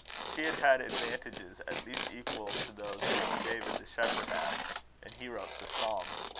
she had had advantages at least equal to those which david the shepherd had and he wrote the psalms.